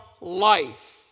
life